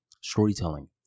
storytelling